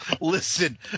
Listen